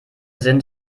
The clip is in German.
sind